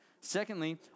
Secondly